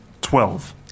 twelve